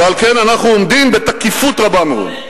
ועל כן, אנחנו עומדים בתקיפות רבה מאוד.